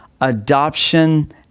adoption